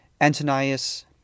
Antonius